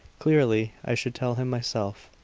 clearly, i should tell him myself.